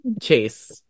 chase